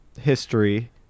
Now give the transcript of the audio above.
history